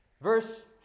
Verse